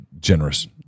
generous